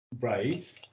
Right